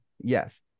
Yes